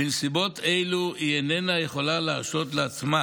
בנסיבות אלו היא איננה יכולה להרשות לעצמה